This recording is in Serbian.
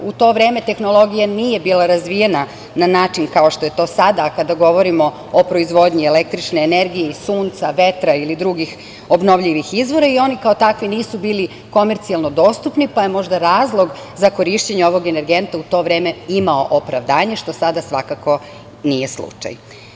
U to vreme tehnologija nije bila razvijena na način kao što je to sada, a kada govorimo o proizvodnji električne energije, sunca, vetra ili drugih obnovljivih izvora i oni kao takvi nisu bili komercijalno dostupni, pa je možda razlog za korišćenje ovog energenta u to vreme imao opravdanje, što sada svakako nije slučaj.